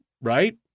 right